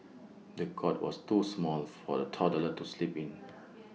the cot was too small for the toddler to sleep in